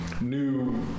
new